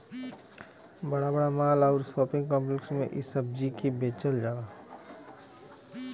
बड़ा बड़ा माल आउर शोपिंग काम्प्लेक्स में इ सब्जी के बेचल जाला